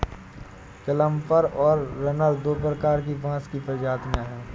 clumper और runner दो प्रकार की बाँस की प्रजातियाँ हैं